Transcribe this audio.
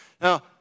Now